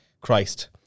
Christ